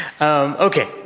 okay